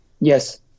Yes